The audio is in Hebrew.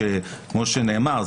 כמו שנאמר,